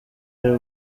ari